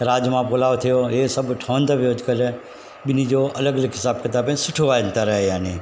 राजमा पुलाव थियो हे सभु ठहंदा बि अॼुकल्ह ॿिन्ही जो अलॻि अलॻि हिसाबु किताबु आहिनि सुठो आहे अंतर यानी